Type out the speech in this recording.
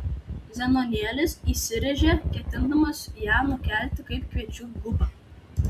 zenonėlis įsiręžė ketindamas ją nukelti kaip kviečių gubą